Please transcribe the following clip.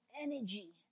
energy